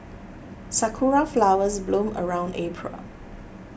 sakura flowers bloom around April